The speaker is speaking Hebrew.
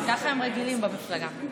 ככה הם רגילים במפלגה.